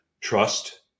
trust